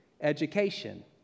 Education